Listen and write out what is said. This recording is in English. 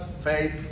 faith